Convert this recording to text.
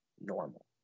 normal